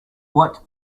what